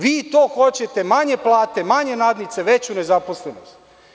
Vi to hoćete, manje plate, manje nadnice, veću nezaposlenost.